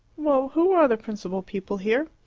well, who are the principal people here?